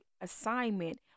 assignment